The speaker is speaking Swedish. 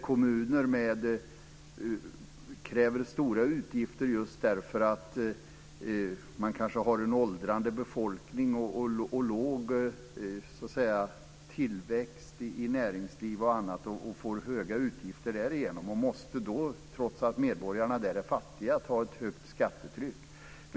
Kommuner kräver stora utgifter just därför att man kanske har en åldrande befolkning och låg tillväxt i näringslivet etc. och därigenom får höga utgifter. Trots att medborgarna i den kommunen är fattiga måste man ta ett högt skattetryck.